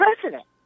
president